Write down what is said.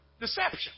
deception